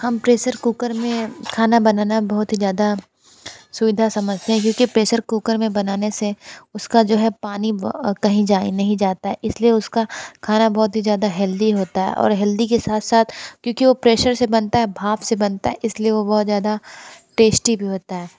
हम pressure cooker में खाना बनाना बहुत ही ज़्यादा सुविधा समझते हैं क्योंकि प्रेशर कुकर में बनाने से उसका जो है पानी ब कहीं जाए नहीं जाता है इसलिए उसका खाना बहुत ही ज़्यादा हेल्दी होता है और हेल्दी के साथ साथ क्योकि वह प्रेशर से बनता है भाप से बनता है इसलिए वह बहुत ज़्यादा टेस्टी भी होता है